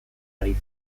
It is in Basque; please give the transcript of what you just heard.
ari